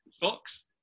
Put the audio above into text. fox